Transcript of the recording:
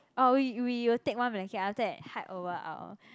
oh we we will take one blanket after that hide over our